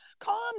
calm